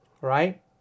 Right